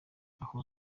aho